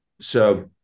so-